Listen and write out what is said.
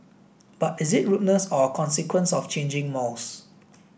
but is it rudeness or a consequence of changing mores